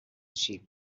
sheep